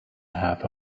half